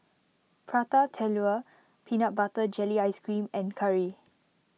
Prata Telur Peanut Butter Jelly Ice Cream and Curry